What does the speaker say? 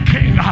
King